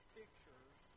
pictures